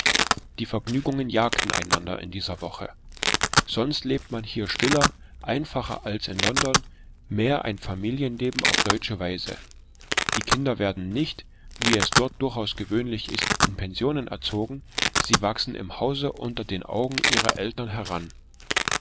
die vergnügungen jagten einander in dieser woche sonst lebt man hier stiller einfacher als in london mehr ein familienleben auf deutsche weise die kinder werden nicht wie es dort durchaus gewöhnlich ist in pensionen erzogen sie wachsen im hause unter den augen der eltern heran